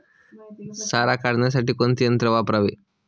सारा काढण्यासाठी कोणते यंत्र वापरावे?